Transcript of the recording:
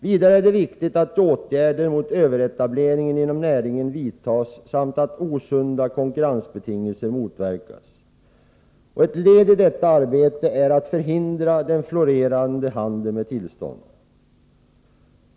Vidare är det viktigt att åtgärder mot överetableringen inom näringen vidtas samt att osund konkurrens motverkas. Ett led i detta arbete är att förhindra den florerande handeln med tillstånd.